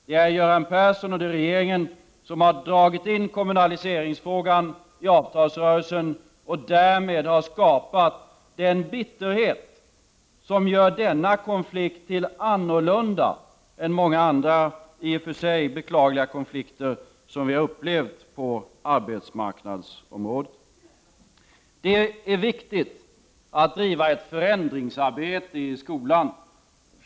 Det är Göran Persson och regeringen som har dragit in kommunaliseringsfrågan i avtalsrörelsen och därmed skapat den bitterhet som gör denna konflikt annorlunda än många andra i och för sig beklagliga konflikter som vi har upplevt på arbetsmarknaden. Det är viktigt att driva ett förändringsarbete i skolan.